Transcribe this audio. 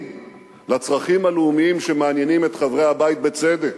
לצרכים הלאומיים שמעניינים את חברי הבית בצדק,